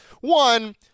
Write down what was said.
One